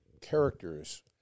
characters